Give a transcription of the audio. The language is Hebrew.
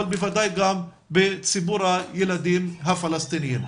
אבל בוודאי גם בציבור הילדים הפלסטינים.